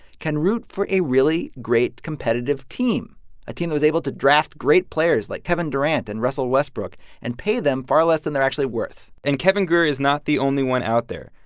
can root for a really great, competitive team a team that was able to draft great players like kevin durant and russell westbrook and pay them far less than they're actually worth and kevin grier is not the only one out there.